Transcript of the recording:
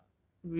so jialat ah